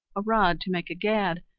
a rod to make a gad,